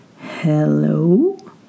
Hello